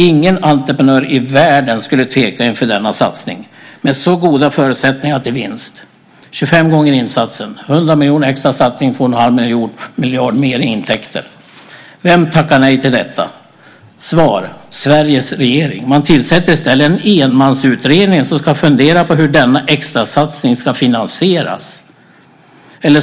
Ingen entreprenör i världen skulle med så goda förutsättningar till vinst tveka inför denna satsning. Det är fråga om 25 gånger insatsen. 100 miljoner extra ger 2 1⁄2 miljard mer i intäkter. Vem tackar nej till detta? Svar: Sveriges regering. Man tillsätter i stället en enmansutredare som ska fundera på hur denna extrasatsning ska finansieras.